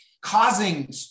causing